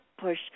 push